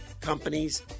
Companies